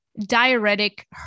diuretic